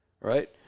Right